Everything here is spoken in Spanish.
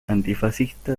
antifascista